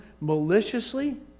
maliciously